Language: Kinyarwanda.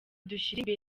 dushyira